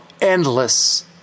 endless